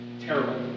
terrible